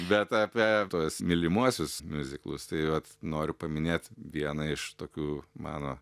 bet apie tuos mylimuosius miuziklus tai vat noriu paminėt vieną iš tokių mano